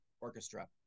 orchestra